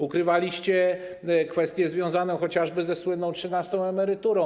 Ukrywaliście kwestię związaną chociażby ze słynną trzynastą emeryturą.